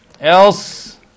Else